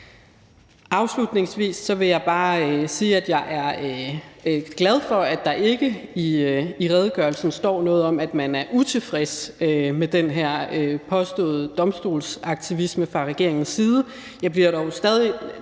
Afslutningsvis vil jeg bare sige, at jeg er glad for, at der i redegørelsen ikke står noget om, at man er utilfreds med den her påståede domstolsaktivisme fra regeringens side. Jeg bliver dog stadig